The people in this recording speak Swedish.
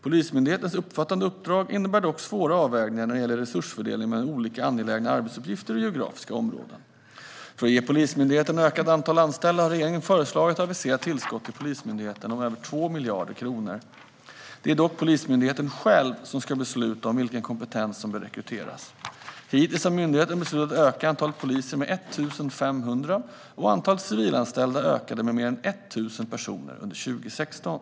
Polismyndighetens omfattande uppdrag innebär dock svåra avvägningar när det gäller resursfördelning mellan olika angelägna arbetsuppgifter och geografiska områden. För att ge Polismyndigheten möjlighet att öka antalet anställda har regeringen föreslagit och aviserat tillskott till Polismyndigheten på över 2 miljarder kronor. Det är dock Polismyndigheten själv som ska besluta om vilken kompetens som bör rekryteras. Hittills har myndigheten beslutat att öka antalet poliser med 1 500, och antalet civilanställda ökade med fler än 1 000 personer under 2016.